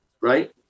right